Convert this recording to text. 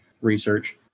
research